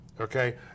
okay